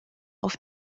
auf